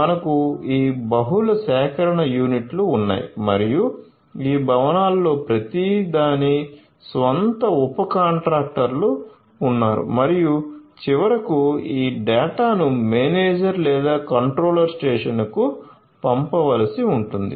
మనకు ఈ బహుళ సేకరణ యూనిట్లు ఉన్నాయి మరియు ఈ భవనాలలో ప్రతి దాని స్వంత ఉప కాంట్రాక్టర్లు ఉన్నారు మరియు చివరకు ఈ డేటాను మేనేజర్ లేదా కంట్రోల్ స్టేషన్కు పంపవలసి ఉంటుంది